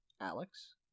Alex